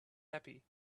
happy